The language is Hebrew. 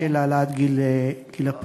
של העלאת גיל הפרישה.